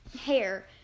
hair